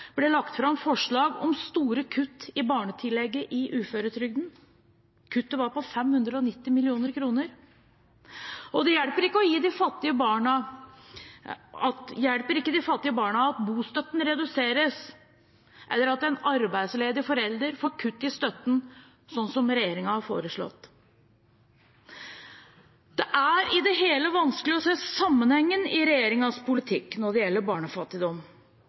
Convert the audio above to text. ble lagt fram forslag om store kutt i barnetillegget i uføretrygden. Kuttet var på 590 mill. kr. Og det hjelper ikke de fattige barna at bostøtten reduseres, eller at en arbeidsledig forelder får kutt i støtten, sånn som regjeringen har foreslått. Det er i det hele vanskelig å se sammenhengen i regjeringens politikk når det gjelder barnefattigdom.